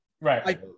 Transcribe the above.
Right